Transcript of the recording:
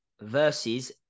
versus